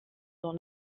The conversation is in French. dans